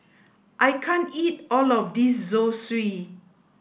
I can't eat all of this Zosui